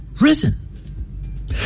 Risen